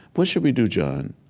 what shall we do, john,